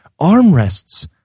armrests